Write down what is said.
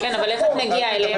אבל איך את מגיעה אליהם?